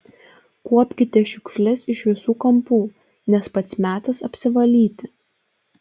kuopkite šiukšles iš visų kampų nes pats metas apsivalyti